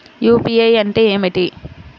UPI అంటే ఏమిటి?